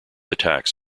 attacks